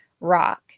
rock